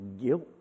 guilt